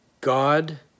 God